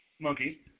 Monkey